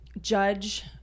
judge